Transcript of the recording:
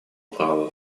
права